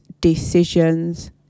decisions